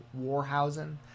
Warhausen